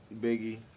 Biggie